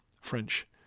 French